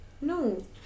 No